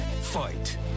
fight